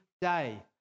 day